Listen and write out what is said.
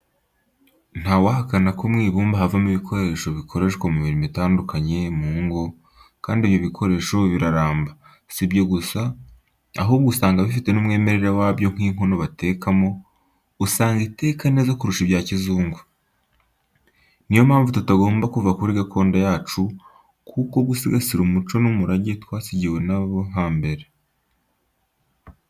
Ntawahakana ko mu ibumba havamo ibikoresho bikoreshwa mu mirimo itandukanye mu ngo, kandi ibyo bikoresho biraramba. Si ibyo gusa, ahubwo usanga bifite n'umwimerere wabyo nk'inkono batekeramo, usanga iteka neza kurusha ibya kizungu. Niyo mpamvu tutagomba kuva kuri gakondo yacu kuko gusigasira umuco n'umurage twasigiwe n'abo hambere.